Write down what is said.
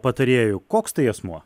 patarėju koks tai asmuo